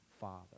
father